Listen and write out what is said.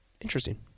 Interesting